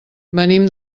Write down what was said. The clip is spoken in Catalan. venim